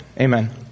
amen